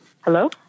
Hello